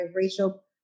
Rachel